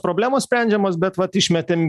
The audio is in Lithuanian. problemos sprendžiamos bet vat išmetėm